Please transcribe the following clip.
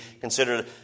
considered